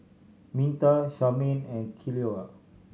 Minta Charmaine and Ceola